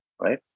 right